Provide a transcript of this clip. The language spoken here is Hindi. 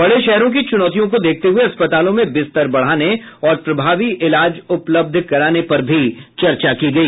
बड़े शहरों की चुनौतियों को देखते हुए अस्पतालों में बिस्तर बढाने और प्रभावी इलाज उपलब्ध कराने पर भी चर्चा की गई